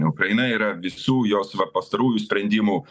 ukraina yra visų jos va pastarųjų sprendimų